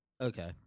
Okay